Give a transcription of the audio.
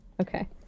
Okay